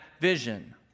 vision